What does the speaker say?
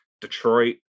Detroit